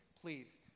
please